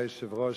אדוני היושב-ראש,